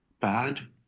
bad